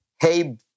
hey